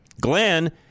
Glenn